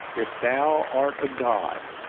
if thou art a god,